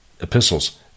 epistles